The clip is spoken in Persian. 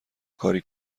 کاری